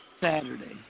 Saturday